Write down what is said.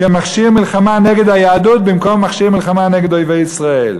כמכשיר מלחמה נגד היהדות במקום מכשיר מלחמה נגד אויבי ישראל.